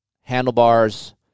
handlebars